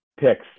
picks